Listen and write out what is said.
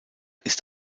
ist